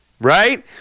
right